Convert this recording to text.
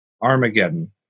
Armageddon